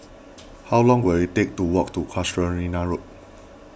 how long will it take to walk to Casuarina Road